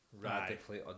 radically